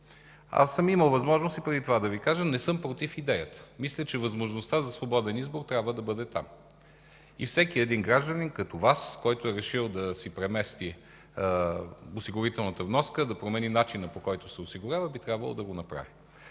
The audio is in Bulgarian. Аз съм имал възможност и преди това да Ви кажа – не съм против идеята. Мисля, че възможността за свободен избор трябва да бъде там. И всеки един гражданин като Вас, който е решил да си премести осигурителната вноска, да промени начина, по който се осигурява, би трябвало да го направи.